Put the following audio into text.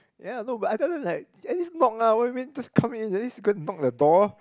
ya no but I tell them like at least knock lah what you mean just come in at least you go and knock the door